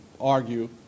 argue